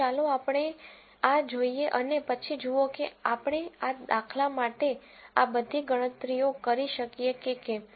તો ચાલો હવે આપણે આ જોઈએ અને પછી જુઓ કે આપણે આ દાખલા માટે આ બધી ગણતરીઓ કરી શકીએ કે કેમ